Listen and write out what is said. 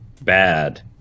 bad